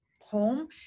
home